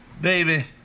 Baby